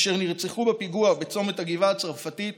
אשר נרצחו בפיגוע בצומת הגבעה הצרפתית